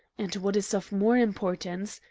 and, what is of more importance,